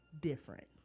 different